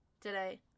Today